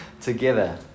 together